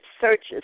searches